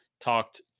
talked